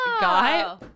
guy